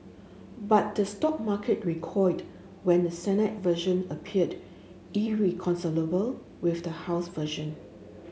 but the stock market recoiled when the Senate version appeared irreconcilable with the house version